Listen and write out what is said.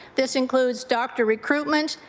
this includes doctor recruitment,